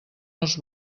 els